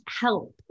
help